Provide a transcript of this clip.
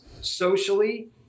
socially